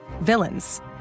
villains